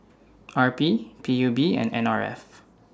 R P P U B and N R F